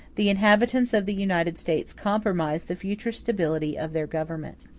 the inhabitants of the united states compromise the future stability of their government.